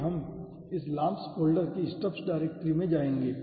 आगे हमें इस LAMMPS फोल्डर की STUBS डायरेक्टरी में जाना होगा